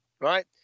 right